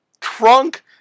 trunk